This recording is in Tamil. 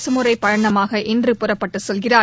அரசுமுறைப் பயணமாக இன்று புறப்பட்டுச் செல்கிறார்